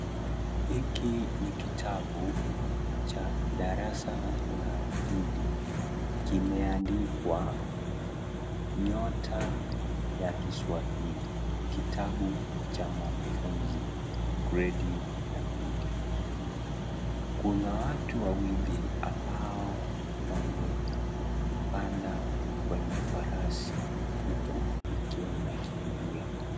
Hiki ni kitabu cha darasa la pili kimeandikwa nyota ya kiswahili kitabu cha mwanafunzi gredi ya pili kuna watu ambao wamepanda kwenye farasi huku ikiwa inakimbia.